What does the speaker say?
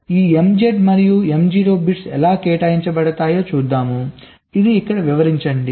ఈ MZ మరియు MO bits ఎలా కేటాయించబడతాయో చూద్దాం ఇది ఇక్కడ వివరించబడింది